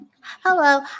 Hello